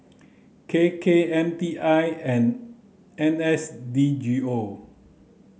K K M T I and N S D G O